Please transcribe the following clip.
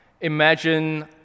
imagine